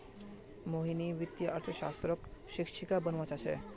मोहिनी वित्तीय अर्थशास्त्रक शिक्षिका बनव्वा चाह छ